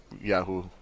Yahoo